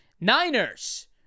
Niners